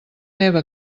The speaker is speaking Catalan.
neva